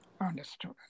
Understood